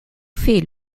fait